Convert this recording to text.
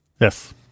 Yes